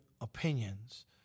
opinions